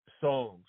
songs